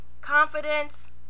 confidence